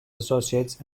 associates